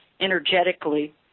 energetically